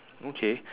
okay